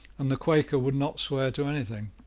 and the quaker would not swear to anything.